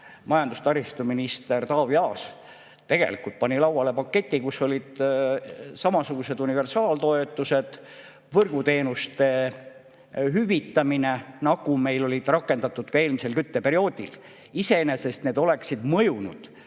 majandus‑ ja taristuminister Taavi Aas tegelikult pani lauale paketi, kus olid samasugused universaaltoetused, võrguteenuste hüvitamine, nagu meil olid rakendatud eelmisel kütteperioodil. Iseenesest need oleksid mõjunud